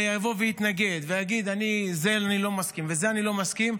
יבוא ויתנגד ויגיד: לזה אני לא מסכים ולזה אני לא מסכים,